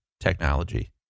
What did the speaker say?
technology